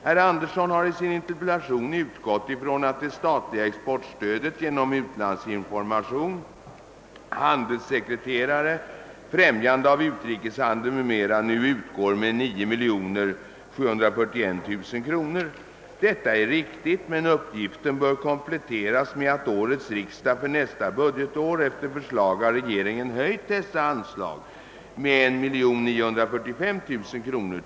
Herr Andersson har i sin interpellation utgått ifrån att det statliga exportstödet genom utlandsinformation, handelssekreterare, främjande av utrikeshandel m.m. nu utgår med 9 741 000 kr. Detta är riktigt, men uppgiften bör kompletteras med att årets riksdag för nästa budgetår efter förslag av regeringen höjt dessa anslag med 1 945 000 kr.